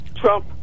Trump